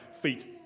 feet